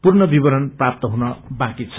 पूर्णविवरण प्राप्त हुन बाँकी छ